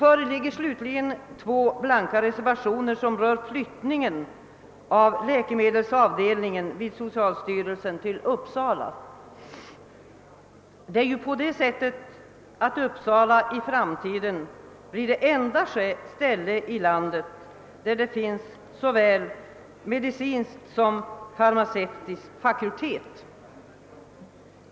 Slutligen föreligger två blanka reservationer som rör flyttningen av läkemedelsavdelningen vid socialstyrelsen till Uppsala, som ju i framtiden blir den enda stad i landet med såväl medicinsk som farmaceutisk fakultet.